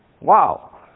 Wow